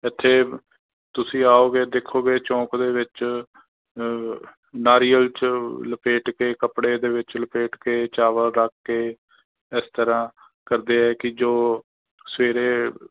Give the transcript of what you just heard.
ਇੱਥੇ ਤੁਸੀਂ ਆਓਗੇ ਦੇਖੋਗੇ ਚੌਂਕ ਦੇ ਵਿੱਚ ਨਾਰੀਅਲ 'ਚ ਲਪੇਟ ਕੇ ਕੱਪੜੇ ਦੇ ਵਿੱਚ ਲਪੇਟ ਕੇ ਚਾਵਲ ਰੱਖ ਕੇ ਇਸ ਤਰ੍ਹਾਂ ਕਰਦੇ ਹੈ ਕਿ ਜੋ ਸਵੇਰੇ